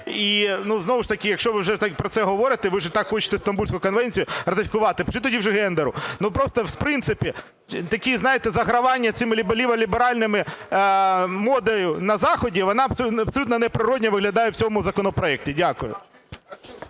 І знову ж таки, якщо ви вже про це говорите, ви ж так хочете Стамбульську конвенцію ратифікувати, пишіть тоді вже "гендеру". Просто, в принципі, такі, знаєте, загравання з цією ліволіберальною модою на заході, воно абсолютно неприродно виглядає в цьому законопроекті. Дякую.